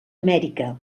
amèrica